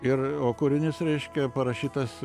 ir o kūrinys reiškia parašytas